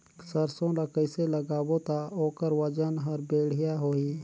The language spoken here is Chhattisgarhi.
सरसो ला कइसे लगाबो ता ओकर ओजन हर बेडिया होही?